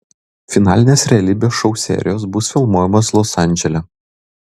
finalinės realybės šou serijos bus filmuojamos los andžele